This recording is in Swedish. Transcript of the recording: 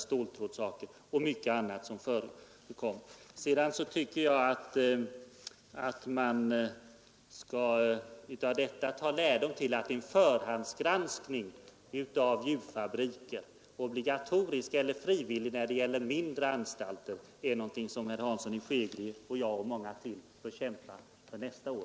Av detta och av vad herr Hansson i Skegrie förut sade tycker jag att man bör dra den lärdomen att bestämmelser om förhandsgranskning av djurfabriker — obligatorisk, eller frivillig när det gäller mindre anstalter — är något som vi tillsammans bör kämpa för nästa år.